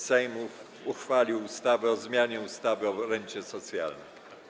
Sejm uchwalił ustawę o zmianie ustawy o rencie socjalnej.